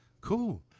cool